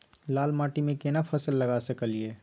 लाल माटी में केना फसल लगा सकलिए?